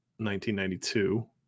1992